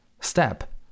step